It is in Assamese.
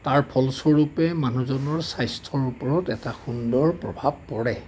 তাৰ ফলস্বৰূপে মানুহজনৰ স্বাস্থ্যৰ ওপৰত এটা সুন্দৰ প্ৰভাৱ পৰে